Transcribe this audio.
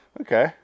Okay